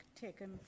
taken